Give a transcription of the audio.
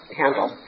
handle